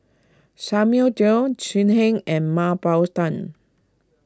Samuel Dyer So Heng and Mah Bow Tan